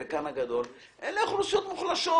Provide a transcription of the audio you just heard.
בחלקן הגדול הן אוכלוסיות מוחלשות.